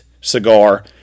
cigar